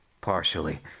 partially